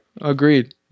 Agreed